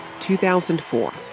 2004